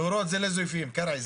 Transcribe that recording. טהורות זה לא זיופים, קרעי.